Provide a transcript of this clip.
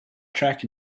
track